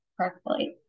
correctly